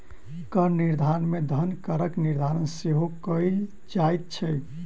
कर निर्धारण मे धन करक निर्धारण सेहो कयल जाइत छै